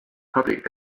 public